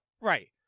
Right